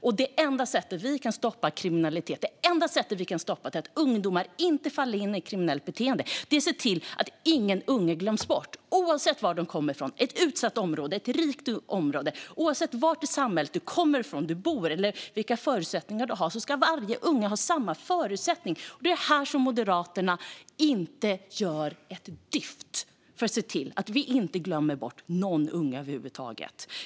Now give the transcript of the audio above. Det enda sättet vi kan stoppa kriminaliteten på är att se till att ungdomar inte faller in i kriminellt beteende och att ingen unge glöms bort, oavsett varifrån man kommer - ett utsatt område eller ett rikt område. Oavsett varifrån i samhället man kommer, var man bor eller vilka förutsättningar man har ska varje unge ha samma förutsättningar. Här gör Moderaterna inte ett dyft för att se till att vi inte glömmer någon unge över huvud taget.